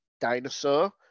dinosaur